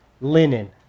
linen